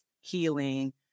healing